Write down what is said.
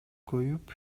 коюп